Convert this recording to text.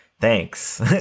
Thanks